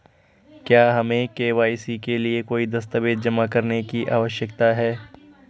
क्या हमें के.वाई.सी के लिए कोई दस्तावेज़ जमा करने की आवश्यकता है?